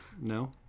No